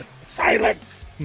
Silence